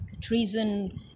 treason